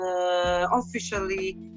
officially